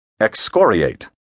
excoriate